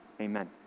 Amen